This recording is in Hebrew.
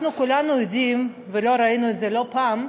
אנחנו כולנו עדים, וראינו את זה לא פעם,